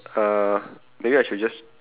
uh maybe I should just